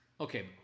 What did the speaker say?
Okay